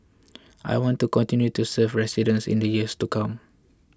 I want to continue to serve residents in the years to come